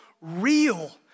real